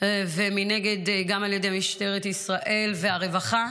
ומנגד גם על ידי משטרת ישראל והרווחה,